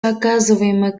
оказываемая